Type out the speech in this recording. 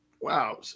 Wow